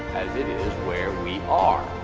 as it is where we are